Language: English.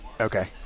Okay